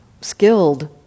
skilled